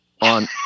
on